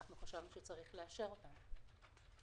חשבנו שצריך לאשר אותן.